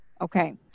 Okay